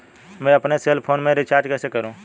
मैं अपने cell phone में रिचार्ज कैसे करूँ?